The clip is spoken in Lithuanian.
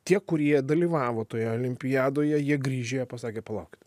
tie kurie dalyvavo toje olimpiadoje jie grįžę jie pasakė palaukit